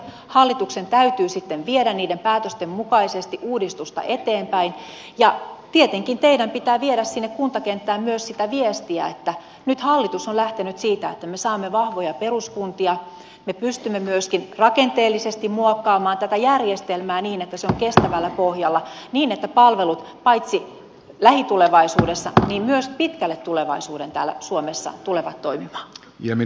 hallituksen täytyy sitten viedä niiden päätösten mukaisesti uudistusta eteenpäin ja tietenkin teidän pitää viedä sinne kuntakenttään myös sitä viestiä että nyt hallitus on lähtenyt siitä että me saamme vahvoja peruskuntia me pystymme myöskin rakenteellisesti muokkaamaan tätä järjestelmää niin että se on kestävällä pohjalla niin että palvelut paitsi lähitulevaisuudessa myös pitkälle tulevaisuuteen täällä suomessa tulevat toimimaan